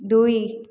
ଦୁଇ